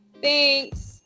Thanks